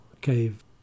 Cave